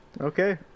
Okay